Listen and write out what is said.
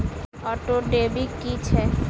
Auto debit की छैक?